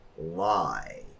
lie